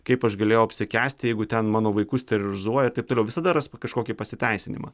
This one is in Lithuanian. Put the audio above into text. kaip aš galėjau apsikęsti jeigu ten mano vaikus terorizuoja ir taip toliau visada ras kažkokį pasiteisinimą